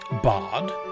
Bard